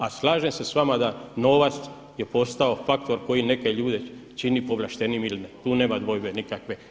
A slažem se s vama da novac je postao faktor koji neke ljude čini povlaštenijim ili ne, tu nema dvojbe nikakve.